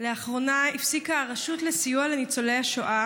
לאחרונה הפסיקה הרשות לסיוע לניצולי השואה